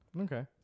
Okay